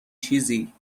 چیزی